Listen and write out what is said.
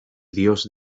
dios